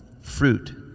Fruit